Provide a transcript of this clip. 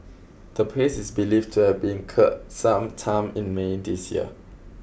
the place is believed to have been some time in May this year